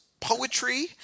poetry